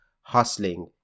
hustling